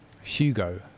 hugo